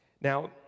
Now